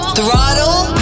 Throttle